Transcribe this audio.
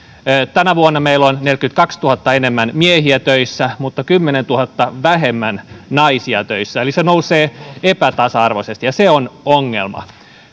tänä vuonna meillä on neljänkymmenenkahdentuhannen enemmän miehiä töissä mutta kymmenentuhannen vähemmän naisia töissä eli se nousee epätasa arvoisesti ja se on ongelma